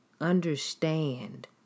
understand